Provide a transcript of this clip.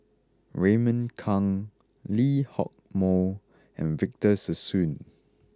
Raymond Kang Lee Hock Moh and Victor Sassoon